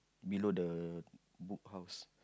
below the Book House